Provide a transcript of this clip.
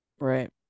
Right